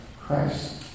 Christ